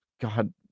God